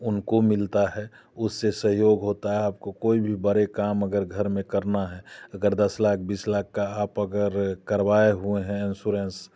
उनको मिलता है उससे सहयोग होता है आपको कोई भी बड़े काम अगर घर में करना है अगर दस लाख बीस लाख का आप अगर करवाए हुए हैं इन्स्योरेन्स